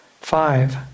Five